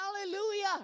Hallelujah